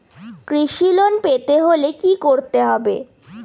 কৃষি লোন পেতে হলে কি করতে হবে?